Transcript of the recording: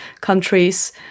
countries